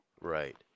right